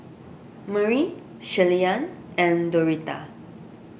Murry Shirleyann and Doretha